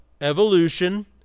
evolution